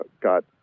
got